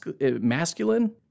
masculine